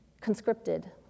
conscripted